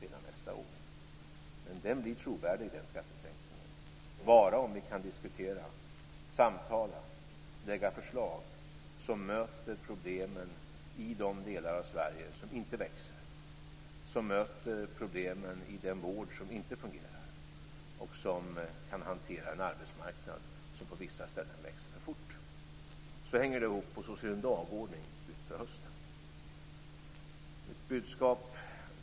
Men den skattesänkningen blir trovärdig bara om vi kan diskutera, samtala och lägga fram förslag som möter problemen i de delar av Sverige som inte växer, som möter problemen i den vård som inte fungerar och som kan hantera en arbetsmarknad som på vissa ställen växer för fort. Så hänger det ihop, och så ser en dagordning ut för hösten. Fru talman!